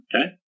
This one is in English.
Okay